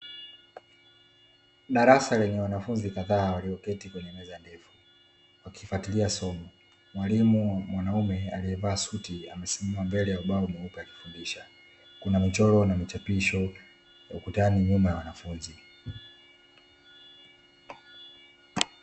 Darasa lenye wanafunzi kadhaa walioketi kwenye meza ndefu wakifatilia somo. Mwalimu mwanaume aliyevaa suti amesimama mbele ya ubao mweupe akifundisha. Kuna michoro na michapisho ukutani nyuma ya wanafunzi.